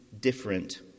different